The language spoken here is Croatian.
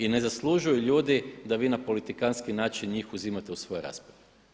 Ne zaslužuju ljudi da vi na politikantski način njih uzimate u svojoj raspravi.